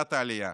בקליטת העלייה.